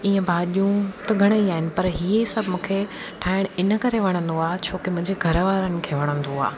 ईअं भाॼियूं त घणे ई आहिनि पर इहे सभु मूंखे ठाहिणु इन करे वणंदो आहे छोकी मुंहिंजे घरु वारनि खे वणंदो आहे